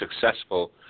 successful